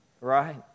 right